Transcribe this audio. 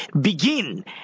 Begin